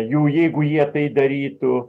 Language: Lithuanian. jau jeigu jie tai darytų